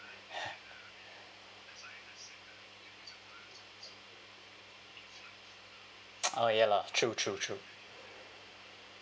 oh ya lah true true true